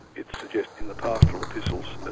it suggests in the pastoral epistles,